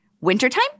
wintertime